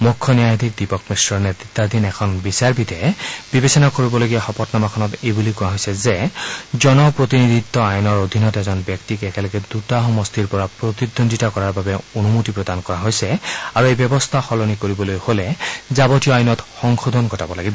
মুখ্য ন্যায়াধীশ দীপক মিশ্ৰ নেতত্বাধীন এখন বিচাৰপীঠে বিবেচনা কৰিবলগীয়া শপতনামাখনত এই বুলি কোৱা হৈছে যে জন প্ৰতিনিধিত্ব আইনৰ অধীনত এজন ব্যক্তিক একেলগে দুটা সমষ্টিৰ পৰা প্ৰতিদ্বন্দ্বিতা কৰাৰ অনুমতি প্ৰদান কৰা হৈছে আৰু এই ব্যৱস্থা সলনি কৰিবলৈ হ'লে যাৱতীয় আইনত সংশোধন ঘটাব লাগিব